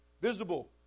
Visible